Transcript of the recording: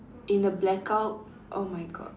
in a blackout oh my god